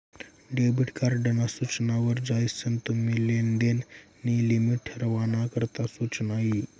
debit card ना सूचना वर जायीसन तुम्ही लेनदेन नी लिमिट ठरावाना करता सुचना यी